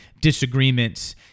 disagreements